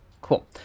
Cool